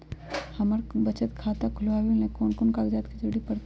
हमरा बचत खाता खुलावेला है त ए में कौन कौन कागजात के जरूरी परतई?